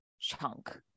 chunk